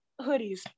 Hoodies